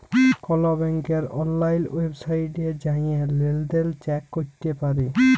call ব্যাংকের অললাইল ওয়েবসাইটে জাঁয়ে লেলদেল চ্যাক ক্যরতে পারি